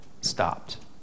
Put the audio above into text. stopped